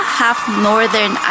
half-Northern